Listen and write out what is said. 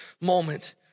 moment